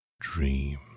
dream